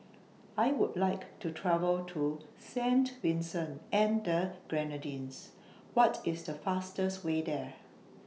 I Would like to travel to Saint Vincent and The Grenadines What IS The fastest Way There